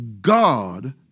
God